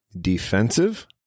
defensive